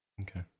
Okay